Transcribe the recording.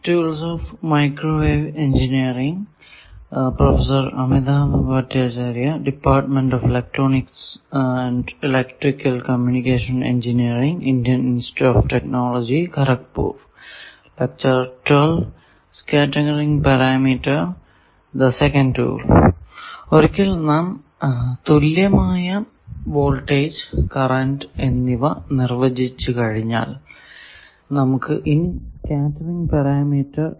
തുല്യമായ voltage current എന്നിവയെക്കുറിച്ച് കഴിഞ്ഞ ലെക്ചറിൽ നിർവചിച്ചു കഴിഞ്ഞതിനാൽ നമുക്ക് ഇനി സ്കേറ്ററിങ് പാരാമീറ്റർ Scattering Parameter